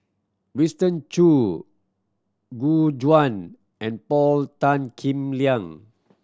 Winston Choo Gu Juan and Paul Tan Kim Liang